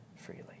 freely